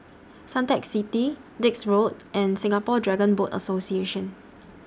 Suntec City Dix Road and Singapore Dragon Boat Association